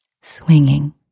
swinging